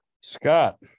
Scott